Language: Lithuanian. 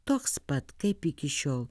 toks pat kaip iki šiol